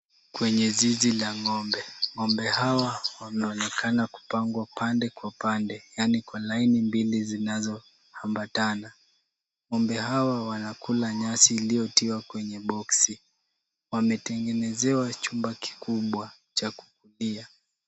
Kwenye zizi la ng'ombe, ng'ombe hawa wanaonekana kupangwa pande kwa pande yaaani kwa laini mbili zinazoambatana. Ngombe hawa wanakula nyasi iliyotiwa kwenye boksi. Wametengenezewa chumba kikubwa cha kukulia.